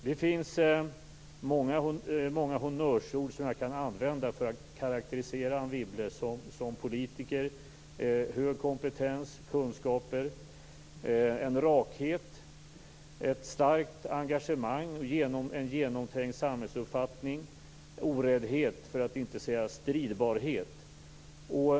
Det finns många honnörsord som jag kan använda för att karakterisera Anne Wibble som politiker: hög kompetens, kunskaper, rakhet, starkt engagemang, genomtänkt samhällsuppfattning och oräddhet, för att inte säga stridbarhet.